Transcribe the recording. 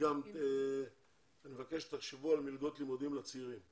אני מבקש שתחשבו גם על מלגות לימודים לצעירים.